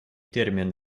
термин